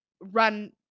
run